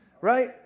Right